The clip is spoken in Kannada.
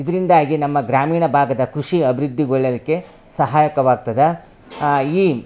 ಇದರಿಂದಾಗಿ ನಮ್ಮ ಗ್ರಾಮೀಣ ಭಾಗದ ಕೃಷಿ ಅಭಿವೃದ್ದಿಗೊಳ್ಳಲಿಕ್ಕೆ ಸಹಾಯಕವಾಗ್ತದೆ ಈ